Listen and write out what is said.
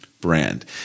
brand